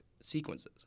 sequences